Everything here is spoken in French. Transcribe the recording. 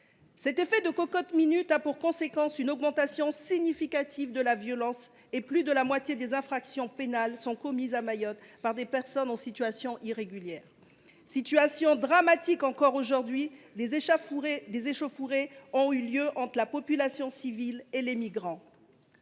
Cet effet de « cocotte minute » se traduit par une augmentation significative de la violence : plus de 50 % des infractions pénales commises à Mayotte le sont par des personnes en situation irrégulière. La situation est dramatique. Encore aujourd’hui, des échauffourées ont eu lieu entre la population et les migrants.